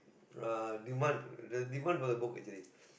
uh demand the demand for the book